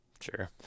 Sure